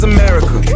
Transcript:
America